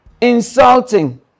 insulting